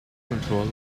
control